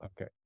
Okay